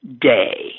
Day